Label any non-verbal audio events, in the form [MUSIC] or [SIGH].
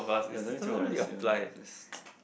ya only two of us ya [NOISE]